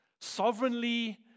sovereignly